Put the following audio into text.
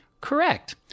Correct